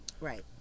right